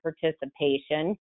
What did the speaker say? participation